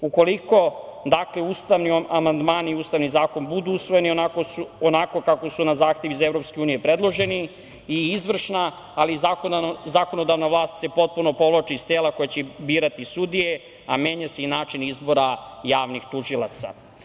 Ukoliko ustavni amandmani i Ustavni zakon budu usvojeni onako kako su na zahtev iz EU predloženi i izvršna, ali i zakonodavna vlast se potpuno povlači iz tela koje će birati sudije, a menja se i način izbora javnih tužilaca.